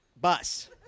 bus